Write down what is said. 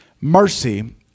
mercy